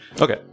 okay